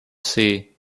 see